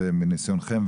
מניסיונכם,